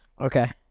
Okay